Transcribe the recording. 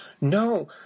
No